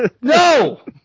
No